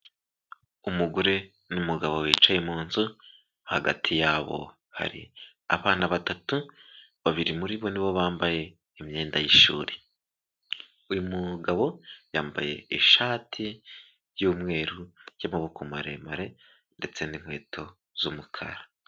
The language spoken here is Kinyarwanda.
Umugore n' numugabo bicaye mu nzu, hagati yabo hari abana batatu, babiri muri bo nibo bambaye imyenda y'ishuri, uyu mugabo yambaye ishati y'umweru ya maboko maremare ndetse n'inkweto z'umukara.